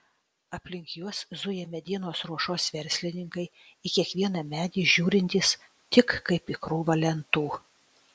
aplink juos zuja medienos ruošos verslininkai į kiekvieną medį žiūrintys tik kaip į krūvą lentų